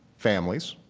families.